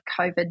COVID